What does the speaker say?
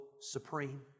supreme